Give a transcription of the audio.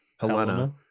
helena